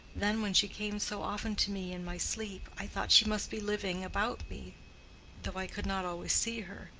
then when she came so often to me, in my sleep, i thought she must be living about me though i could not always see her,